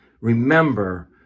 Remember